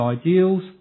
ideals